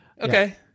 Okay